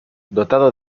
dotado